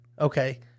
okay